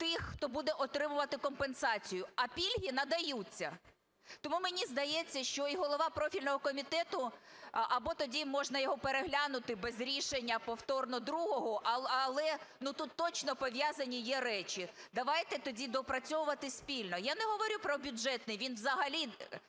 тих, хто буде отримувати компенсацію, а пільги надаються. Тому мені здається, що і голова профільного комітету, або тоді можна його переглянути без рішення повторно другого. Але тут точно пов'язані є речі. Давайте тоді доопрацьовувати спільно. Я не говорю про бюджетний, він взагалі